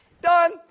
done